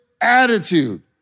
attitude